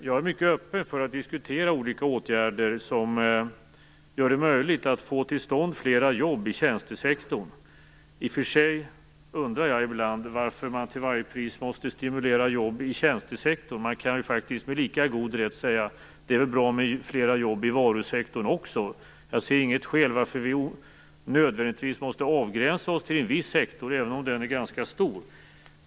Jag är mycket öppen för att diskutera olika åtgärder som gör det möjligt att få till stånd fler jobb i tjänstesektorn. I och för sig undrar jag ibland varför man till varje pris måste stimulera jobb i just tjänstesektorn. Man kan faktiskt med lika god rätt säga att det är bra med fler jobb i varusektorn också. Jag ser inget skäl till varför vi nödvändigtvis måste begränsa oss till en viss sektor, även om den är ganska stor.